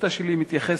השאילתא שלי מתייחסת